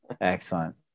excellent